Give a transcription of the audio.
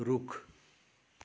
रूख